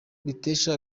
bitesha